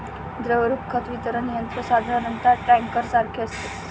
द्रवरूप खत वितरण यंत्र साधारणतः टँकरसारखे असते